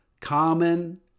common